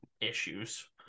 issues